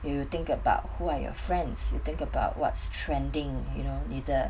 you think about who are your friends you think about what's trending you know 你的